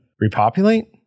repopulate